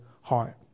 heart